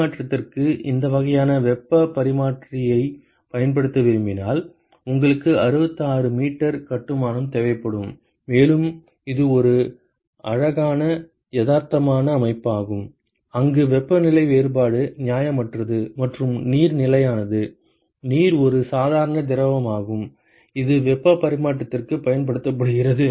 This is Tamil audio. பரிமாற்றத்திற்கு இந்த வகையான வெப்பப் பரிமாற்றியைப் பயன்படுத்த விரும்பினால் உங்களுக்கு 66 மீட்டர் கட்டுமானம் தேவைப்படும் மேலும் இது ஒரு அழகான யதார்த்தமான அமைப்பாகும் அங்கு வெப்பநிலை வேறுபாடு நியாயமற்றது மற்றும் நீர் நிலையானது நீர் ஒரு சாதாரண திரவமாகும் இது வெப்ப பரிமாற்றத்திற்கு பயன்படுத்தப்படுகிறது